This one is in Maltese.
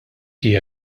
hija